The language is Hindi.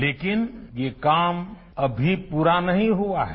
लेकिन ये काम अभी पूरा नहीं हुआ है